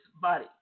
body